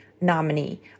nominee